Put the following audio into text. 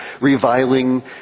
reviling